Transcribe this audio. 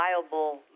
liable